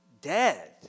dead